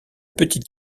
petite